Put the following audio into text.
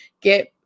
get